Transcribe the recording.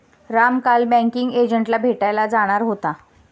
राम काल बँकिंग एजंटला भेटायला जाणार होता